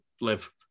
live